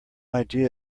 idea